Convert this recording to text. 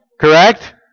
correct